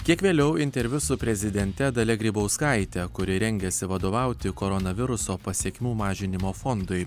kiek vėliau interviu su prezidente dalia grybauskaite kuri rengiasi vadovauti koronaviruso pasekmių mažinimo fondui